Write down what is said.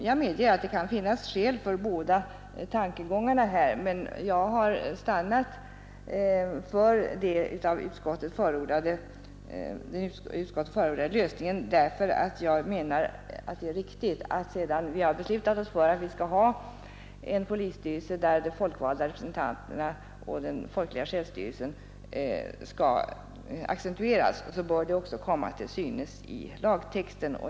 Jag medger att det kan finnas skäl för båda tankegångarna, men jag har stannat för den av utskottet förordade lösningen, eftersom jag menar att det är riktigt att den av oss intagna ståndpunkten att de folkvalda representanternas ställning och den folkliga självstyrelsen skall accentueras också bör komma till synes i lagtexten.